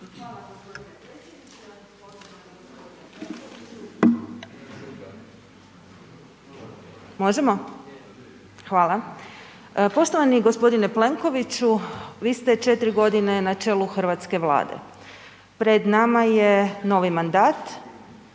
Hvala gospodine predsjedniče.